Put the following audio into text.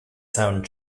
sound